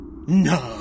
No